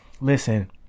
listen